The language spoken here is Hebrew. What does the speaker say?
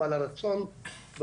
הרצון,